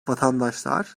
vatandaşlar